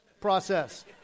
process